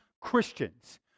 Christians